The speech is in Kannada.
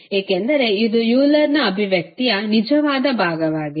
ಏಕೆಂದರೆ ಇದು ಯೂಲರ್ ಅಭಿವ್ಯಕ್ತಿಯ ನಿಜವಾದ ಭಾಗವಾಗಿದೆ